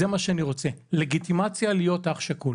זה מה שאני רוצה, לגיטימציה להיות אח שכול.